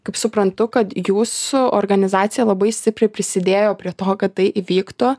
kaip suprantu kad jūsų organizacija labai stipriai prisidėjo prie to kad tai įvyktų